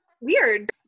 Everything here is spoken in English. Weird